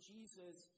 Jesus